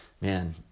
man